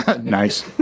Nice